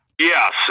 Yes